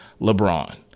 LeBron